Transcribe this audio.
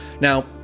Now